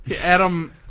Adam